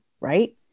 right